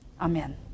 Amen